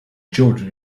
jordan